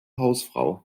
hausfrau